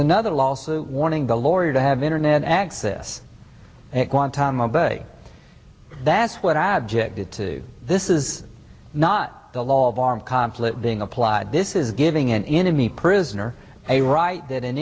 another law also warning the lawyer to have internet access at guantanamo bay that's what i objected to this is not the law of armed conflict being applied this is giving an enemy prisoner a right tha